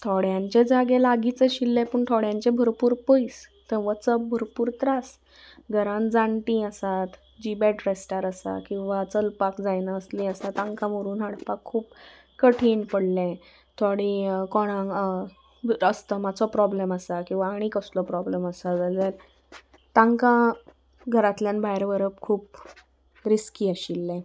थोड्यांचे जागे लागींच आशिल्लें पूण थोड्यांचे भरपूर पयस थंय वचप भरपूर त्रास घरान जाणटी आसात जी बॅड रेस्टार आसा किंवां चलपाक जायना असलीं आसा तांकां व्हरून हाडपाक खूब कठीण पडलें थोडें कोणाक अस्तमाचो प्रोब्लम आसा किंवां आनी कसलो प्रोब्लम आसा जाल्यार तांकां घरांतल्यान भायर व्हरप खूब रिस्की आशिल्लें